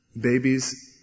babies